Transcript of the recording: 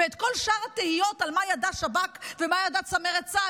וכל שאר התהיות על מה ידע שב"כ ומה ידעה צמרת צה"ל,